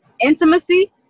Intimacy